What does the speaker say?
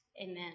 Amen